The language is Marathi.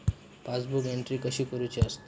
पासबुक एंट्री कशी करुची असता?